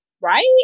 Right